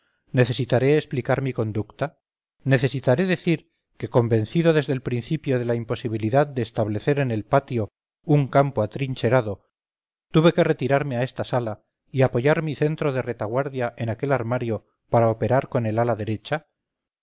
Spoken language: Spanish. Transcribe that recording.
necesitaré explicar mi conducta necesitaré decir que convencido desde el principio de la imposibilidad de establecer en el patio un campo atrincherado tuve que retirarme a esta sala y apoyar mi centro de retaguardiaen aquel armario para operar con el ala derecha